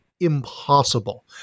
Impossible